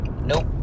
nope